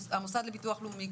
המוסד לביטוח לאומי,